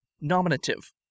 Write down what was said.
Nominative